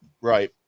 Right